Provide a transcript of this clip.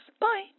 Bye